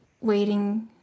waiting